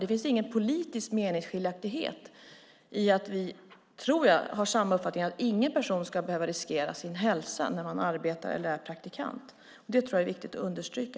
Det finns inga politiska meningsskiljaktigheter här. Jag tror i alla fall att vi har samma uppfattning - att ingen person ska behöva riskera sin hälsa när man arbetar eller är praktikant. Det tror jag är viktigt att understryka.